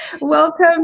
welcome